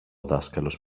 δάσκαλος